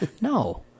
No